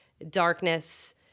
darkness